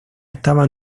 estaba